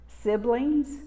siblings